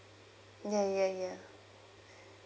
ya ya ya